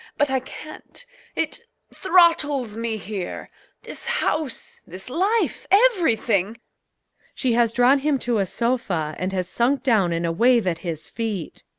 but i can't. it throttles me here this house, this life, everything she has drawn him to a sofa and has sunk down in a wave at his feet.